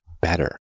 better